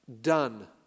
done